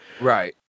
Right